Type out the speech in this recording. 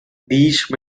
these